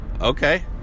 Okay